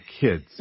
kids